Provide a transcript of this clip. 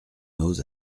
noz